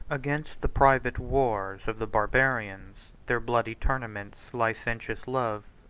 against the private wars of the barbarians, their bloody tournaments, licentious love,